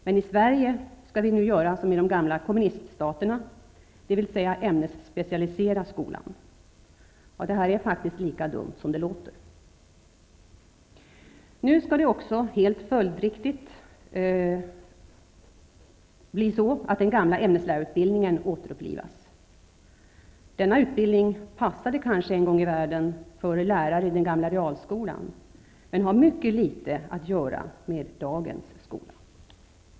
Men i Sverige skall vi nu göra som i de gamla kommuniststaterna, dvs. ämnesspecialisera skolan. Det är faktiskt lika dumt som det låter. Nu skall också -- helt följdriktigt -- den gamla ämneslärarutbildningen återupplivas. Denna utbildning passade kanske en gång i världen för lärare i den gamla realskolan, men den har mycket litet med dagens skola att göra.